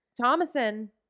Thomason